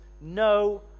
No